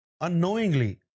unknowingly